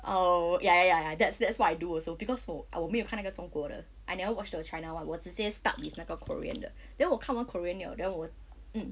oh ya ya ya ya that's that's what I do also because 我 ah 我没有看那个中国的 I never watch the china [one] 我直接 start with 那个 korean 的 then 我看完 korean liao then 我 mm